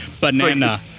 banana